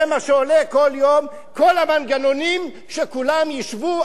זה מה שעולים כל יום כל המנגנונים שכולם ישבו,